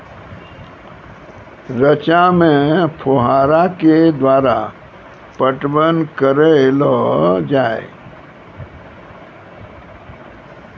रचा मे फोहारा के द्वारा पटवन करऽ लो जाय?